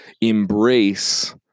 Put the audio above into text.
embrace